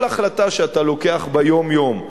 כל החלטה שאתה לוקח ביום-יום,